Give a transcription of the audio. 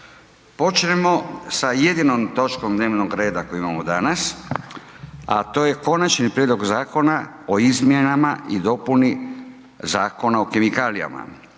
Počnemo sa jedinom točkom dnevnog reda koju imamo danas, a to je: - Konačni prijedlog zakona o izmjenama i dopuni Zakona o kemikalijama,